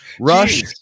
Rush